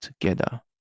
together